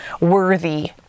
worthy